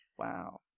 Wow